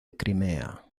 crimea